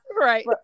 Right